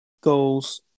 Goals